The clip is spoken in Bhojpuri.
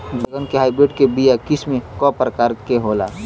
बैगन के हाइब्रिड के बीया किस्म क प्रकार के होला?